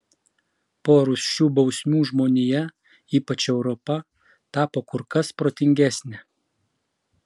po rūsčių bausmių žmonija ypač europa tapo kur kas protingesnė